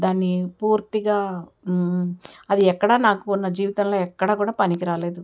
దాన్ని పూర్తిగా అది ఎక్కడ నాకు నా జీవితంలో ఎక్కడా కూడా పనికి రాలేదు